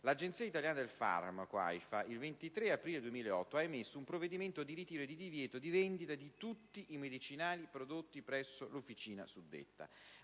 l'Agenzia italiana del farmaco (AIFA) il 23 aprile 2008 ha emesso un provvedimento di ritiro e di divieto di vendita di tutti i medicinali prodotti presso l'Officina suddetta.